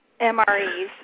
MREs